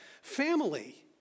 family